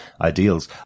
ideals